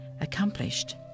accomplished